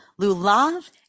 Lulav